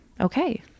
okay